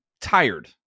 tired